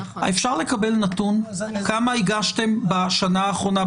אפשר לקבל נתון כמה הגשתם בשנה האחרונה?